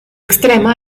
extrema